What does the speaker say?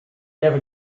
never